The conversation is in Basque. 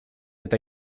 eta